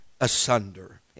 asunder